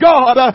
God